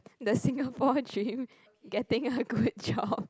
the Singapore dream getting a good job